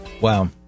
Wow